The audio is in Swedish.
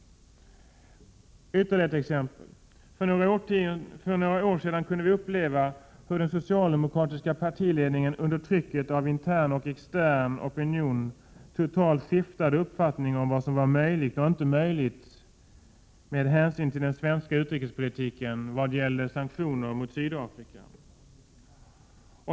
Ytterligare ett exempel. För några år sedan upplevde vi hur den socialdemokratiska partiledningen under trycket från en intern och en extern opinion totalt skiftade uppfattning om vad som var möjligt eller inte möjligt, med hänsyn till den svenska utrikespolitiken vad gäller sanktioner mot Sydafrika.